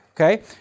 Okay